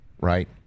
right